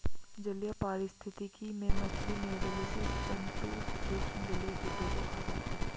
जलीय पारिस्थितिकी में मछली, मेधल स्सि जन्तु सूक्ष्म जलीय कीटों को खा जाते हैं